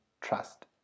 trust